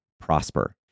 prosper